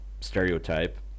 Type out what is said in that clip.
stereotype